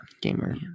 gamer